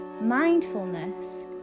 mindfulness